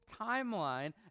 timeline